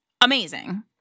amazing